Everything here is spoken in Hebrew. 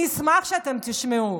אני אשמח שתשמעו,